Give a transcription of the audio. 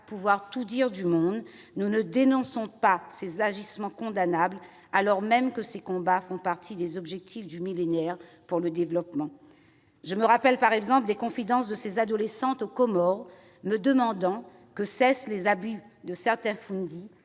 pouvoir tout dire du monde, nous ne dénonçons pas ces agissements condamnables, alors même que ces combats font partie des objectifs du millénaire pour le développement. Je me rappelle par exemple des confidences de ces adolescentes aux Comores, me demandant que cessent les abus de certains, des